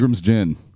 gin